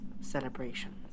celebrations